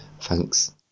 Thanks